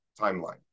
timeline